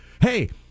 Hey